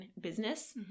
business